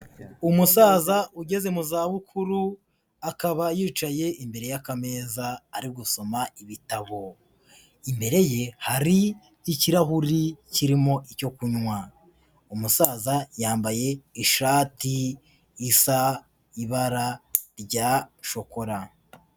Umusaza ugeze mu zabukuru, akaba yicaye imbere y'akameza ari gusoma ibitabo, imbere ye hari ikirahuri kirimo icyo kunywa. Umusaza yambaye ishati isa ibara rya shokora.